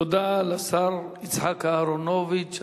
תודה לשר יצחק אהרונוביץ,